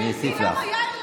אני אוסיף לך.